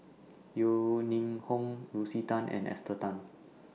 Yeo Ning Hong Lucy Tan and Esther Tan